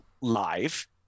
live